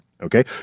okay